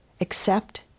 Accept